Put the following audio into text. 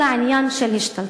אלא זה עניין של השתלטות.